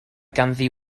ganddi